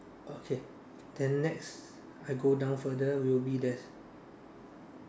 okay then next I go down further will be there's